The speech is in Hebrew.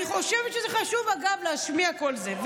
אני חושבת שחשוב להשמיע קול זה.